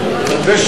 אז